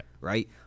right